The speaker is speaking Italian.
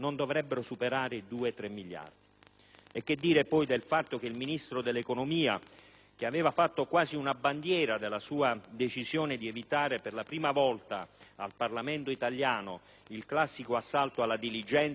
Che dire poi del fatto che, dopo che il Ministro dell'economia aveva fatto quasi una bandiera della sua decisione di evitare per la prima volta al Parlamento italiano il classico assalto alla diligenza sulla legge finanziaria,